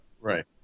Right